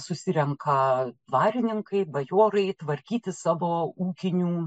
susirenka dvarininkai bajorai tvarkyti savo ūkinių